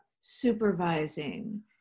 supervising